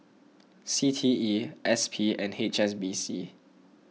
C T E S P and H S B C